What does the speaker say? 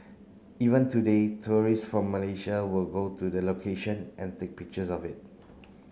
even today tourists from Malaysia will go to the location and take pictures of it